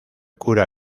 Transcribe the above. cura